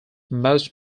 most